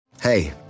Hey